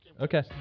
Okay